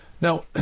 now